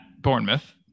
Bournemouth